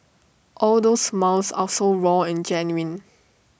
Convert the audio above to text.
all those smiles are so raw and genuine